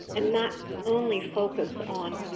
and not only focus on